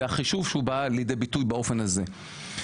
והחישוב שבא לידי ביטוי באופן הזה.